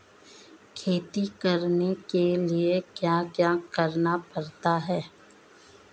खेती करने के लिए क्या क्या करना पड़ता है?